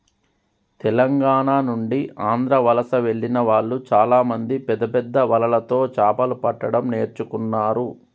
తెలంగాణ నుండి ఆంధ్ర వలస వెళ్లిన వాళ్ళు చాలామంది పెద్దపెద్ద వలలతో చాపలు పట్టడం నేర్చుకున్నారు